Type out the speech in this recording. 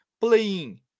playing